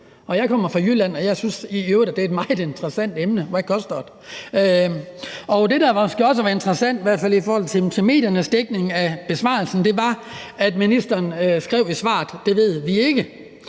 Jeg kommer i øvrigt fra Jylland, og jeg synes i øvrigt, at det er et meget interessant emne: Hvad koster det! Det, der måske også var interessant, i hvert fald i forhold til mediernes dækning af besvarelsen, var, at ministeren skrev i svaret: Det ved vi ikke.